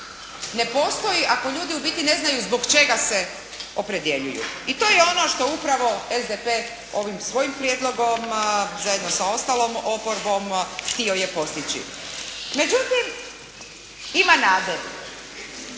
ne postoji ako ljudi u biti ne znaju zbog čega se opredjeljuju. I to je ono što upravo SDP ovim svojim prijedlogom zajedno sa ostalom oporbom htio je postići. Međutim ima nade.